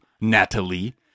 Natalie